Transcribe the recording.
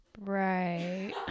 right